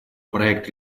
проект